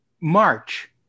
March